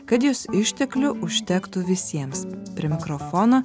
kad jos išteklių užtektų visiems prie mikrofono